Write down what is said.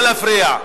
לא להפריע.